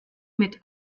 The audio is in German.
mit